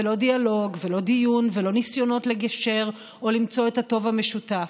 ולא דיאלוג ולא דיון ולא ניסיונות לגשר או למצוא את הטוב המשותף.